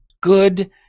good